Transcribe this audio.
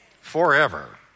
Forever